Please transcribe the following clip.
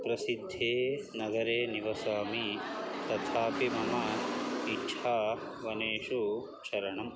प्रसिद्धे नगरे निवसामि तथापि मम इच्छा वनेषु चरणम्